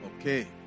Okay